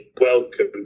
welcome